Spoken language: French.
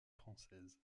française